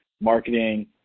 marketing